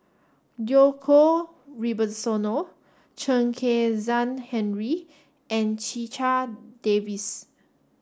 Djoko Wibisono Chen Kezhan Henri and Checha Davies